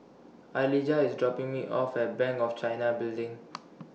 Alijah IS dropping Me off At Bank of China Building